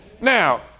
Now